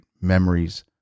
memories